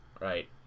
right